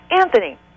Anthony